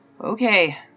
Okay